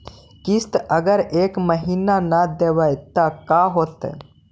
किस्त अगर एक महीना न देबै त का होतै?